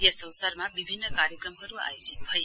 यस अवसरमा विभिन्न कार्यक्रमहरू आयोजित भए